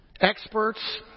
Experts